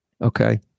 Okay